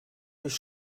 durch